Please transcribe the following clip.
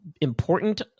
important